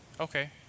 okay